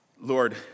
Lord